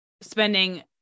spending